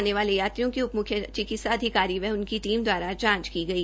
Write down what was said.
आने वाले यात्रियों की उप मुख्य चिकित्सा अधिकारी व उनके टीम द्वारा जांच की गई